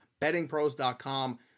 bettingpros.com